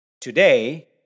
Today